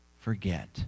forget